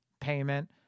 payment